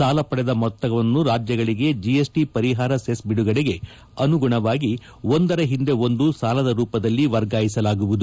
ಸಾಲ ಪಡೆದ ಮೊತ್ತವನ್ನು ರಾಜ್ಯಗಳಿಗೆ ಜಿಎಸ್ಟಿ ಪರಿಹಾರ ಸೆಸ್ ಬಿಡುಗಡೆಗೆ ಅನುಗುಣವಾಗಿ ಒಂದರ ಹಿಂದೆ ಒಂದು ಸಾಲದ ರೂಪದಲ್ಲಿ ವರ್ಗಾಯಿಸಲಾಗುವುದು